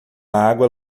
água